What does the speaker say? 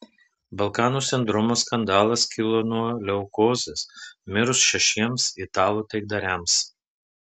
balkanų sindromo skandalas kilo nuo leukozės mirus šešiems italų taikdariams